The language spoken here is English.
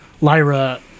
Lyra